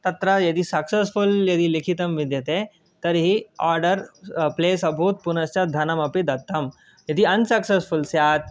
तत्र यदि सक्सेस्फ़ुल् यदि लिखितं विद्यते तर्हि आर्डर् प्लेस् अभूत् पुनश्च धनमपि दत्तं यदि अन्सक्सेस्फ़ुल् स्यात्